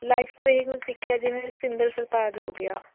life ਤੋਂ ਇਹ ਹੀ ਕੁੱਝ ਸਿੱਖਿਆ ਜਿਵੇਂ ਸਤਿੰਦਰ ਸਰਤਾਜ ਹੋ ਗਿਆ